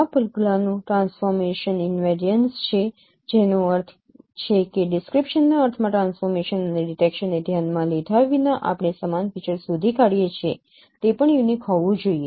આ પગલાનું transformation invariance છે જેનો અર્થ છે કે ડિસ્ક્રિપ્શન ના અર્થમાં ટ્રાન્સફોર્મેશન અને ડિટેકશનને ધ્યાનમાં લીધા વિના આપણે સમાન ફીચર્સ શોધી કાઢીએ છે તે પણ યુનિક હોવું જોઈએ